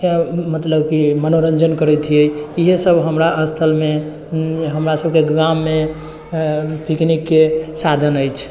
मतलब कि मनोरञ्जन करै छिए इएहसब हमरा स्थलमे हमरासबके गाँवमे पिकनिकके साधन अछि